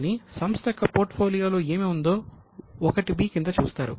కానీ సంస్థ యొక్క పోర్ట్ఫోలియోలో ఏమి ఉందో దాన్ని '1 b' కింద చూస్తారు